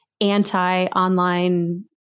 anti-online